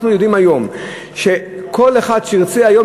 אנחנו יודעים היום שכל אחד שירצה היום